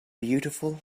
beautiful